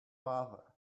father